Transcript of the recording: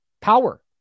Power